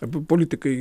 abu politikai